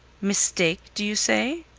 mistake, do you say?